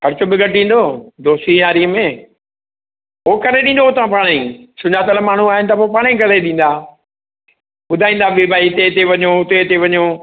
ख़र्चु बिगैर ॾींदो दोस्ती यारी में उहो करे ॾींदो हुता पाणे ई सुञातलु माण्हू आहिनि त पो पाणे ई करे ॾींदा ॿुधाईंदा बि भई हिते हुते वञो हिते हुते वञो